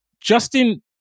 Justin